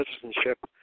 citizenship